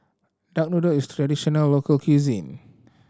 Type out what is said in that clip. duck noodle is traditional local cuisine